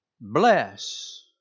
bless